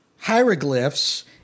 hieroglyphs